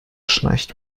schnarcht